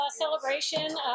Celebration